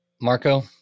Marco